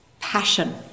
passion